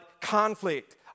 conflict